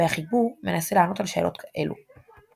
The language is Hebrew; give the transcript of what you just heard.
והחיבור מנסה לענות על השאלות האלו.